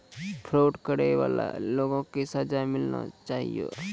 fraud करै बाला लोगो के सजा मिलना चाहियो